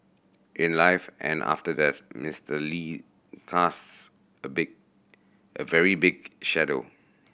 in life and after death Mister Lee casts a big a very big shadow